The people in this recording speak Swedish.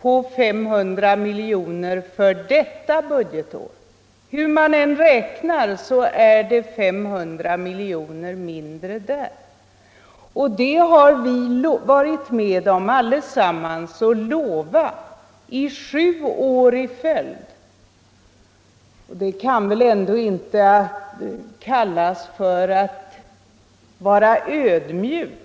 Kvar står fortfårande en skillnad — alldeles oavsett vad som står i den moderata motionen — på 500 milj.kr. Hur man än räknar finns det 500 milj.kr. mindre för innevarande budgetår än vi allesammans har varit med om att lova under sju år i följd. Att bryta sina löften kan väl ändå inte kallas för att vara ödmjuk?